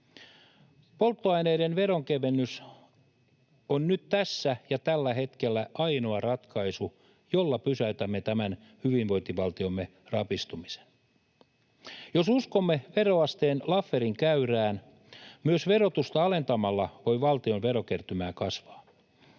Polttoaineiden veronkevennys on nyt tässä ja tällä hetkellä ainoa ratkaisu, jolla pysäytämme tämän hyvinvointivaltiomme rapistumisen. Jos uskomme veroasteen Lafferin käyrään, myös verotusta alentamalla voi valtion verokertymä kasvaa.